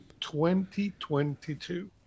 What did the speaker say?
2022